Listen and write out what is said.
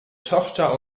tochter